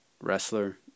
Wrestler